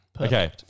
Okay